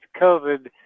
COVID